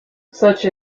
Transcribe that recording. such